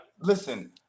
listen